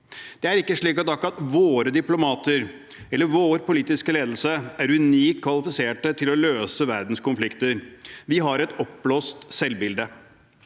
Det er ikke slik at akkurat våre diplomater eller vår politiske ledelse er unikt kvalifisert til å løse verdens konflikter. Vi har et oppblåst selvbilde.